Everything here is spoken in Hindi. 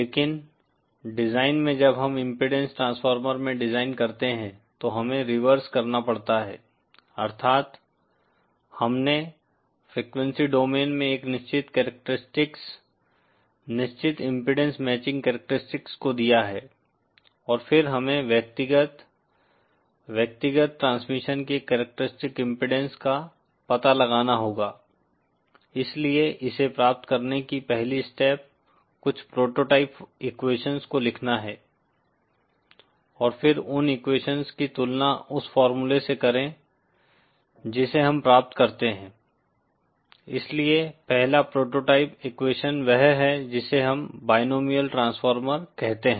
लेकिन डिजाइन में जब हम इम्पीडेन्स ट्रांसफार्मर में डिजाइन करते हैं तो हमें रिवर्स करना पड़ता है अर्थात हमने फ्रीक्वेंसी डोमेन में एक निश्चित करैक्टरिस्टिक्स निश्चित इम्पीडेन्स मैचिंग करैक्टरिस्टिक्स को दिया है और फिर हमें व्यक्तिगत व्यक्तिगत ट्रांसमिशन के करैक्टरिस्टिक इम्पीडेन्स का पता लगाना होगा इसलिए इसे प्राप्त करने की पहली स्टेप कुछ प्रोटोटाइप एक्वेशंस को लिखना है और फिर उन एक्वेशंस की तुलना उस फार्मूला से करें जिसे हम प्राप्त करते हैं इसलिए पहला प्रोटोटाइप एक्वेशन वह है जिसे हम बायनोमिअल ट्रांसफार्मर कहते हैं